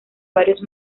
varios